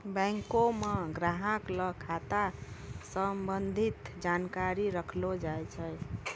बैंको म ग्राहक ल खाता स संबंधित जानकारी रखलो जाय छै